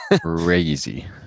crazy